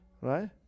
right